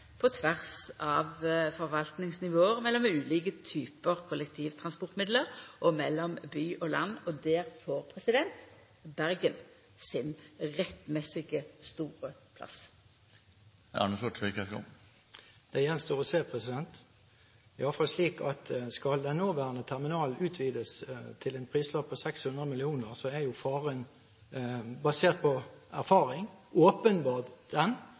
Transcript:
på tvers av forvaltingsnivå mellom ulike typar kollektivtransportmiddel, og mellom by og land – og der får Bergen sin rettmessige store plass. Det gjenstår å se. Det er iallfall slik at skal den nåværende terminalen utvides til en prislapp på 600 mill. kr, er faren – basert på erfaring – åpenbart den